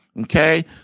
okay